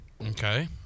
Okay